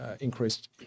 increased